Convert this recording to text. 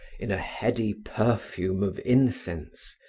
in a heady perfume of incense,